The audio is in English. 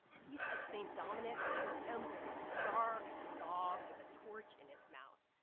feast of st. dominic, his emblem, a star and a dog with a torch in its mouth.